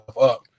up